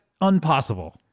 impossible